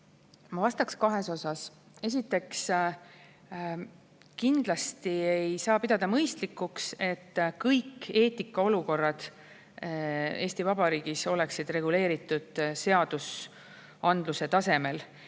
Ma vastan kahes osas. Esiteks, kindlasti ei saa pidada mõistlikuks, et kõik eetikaolukorrad oleksid Eesti Vabariigis reguleeritud seadusandluse tasemel.